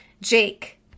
Jake